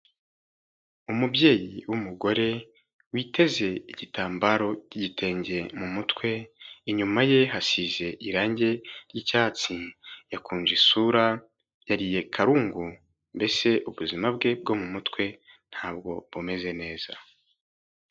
Umubyeyi w'umugore witeze igitambaro cy'igitenge mu mutwe, inyuma ye hasize irangi ry'icyatsi, yakunje isura yariye karungu, mbese ubuzima bwe bwo mu mutwe ntabwo bumeze neza.